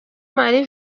marie